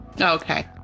Okay